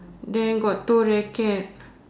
there got two racket